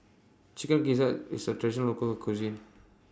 Chicken Gizzard IS A Traditional Local Cuisine